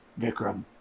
Vikram